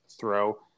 throw